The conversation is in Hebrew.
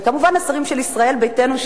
וכמובן השרים של ישראל ביתנו,